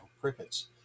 crickets